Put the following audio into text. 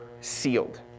sealed